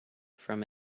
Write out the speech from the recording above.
from